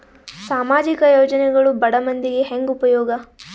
ಸಾಮಾಜಿಕ ಯೋಜನೆಗಳು ಬಡ ಮಂದಿಗೆ ಹೆಂಗ್ ಉಪಯೋಗ?